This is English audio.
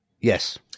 Yes